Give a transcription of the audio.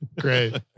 Great